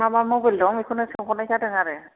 मा मा मबाइल दं बेखौनो सोंहरनाय जादों आरो